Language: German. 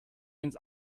ins